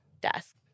desk